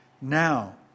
Now